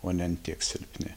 o ne an tiek silpni